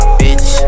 bitch